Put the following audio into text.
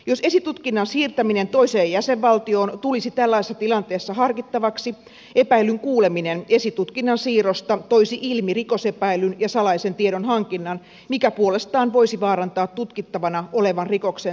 jos esitutkinnan siirtäminen toiseen jäsenvaltioon tulisi tällaisessa tilanteessa harkittavaksi epäillyn kuuleminen esitutkinnan siirrosta toisi ilmi rikosepäilyn ja salaisen tiedonhankinnan mikä puolestaan voisi vaarantaa tutkittavana olevan rikoksen selvittämistä